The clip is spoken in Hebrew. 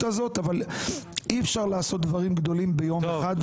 הזאת אבל אי אפשר לעשות דברים גדולים ביום אחד.